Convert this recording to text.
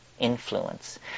Influence